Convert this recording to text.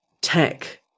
tech